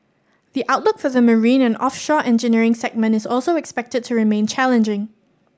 the outlook for the marine and offshore engineering segment is also expected to remain challenging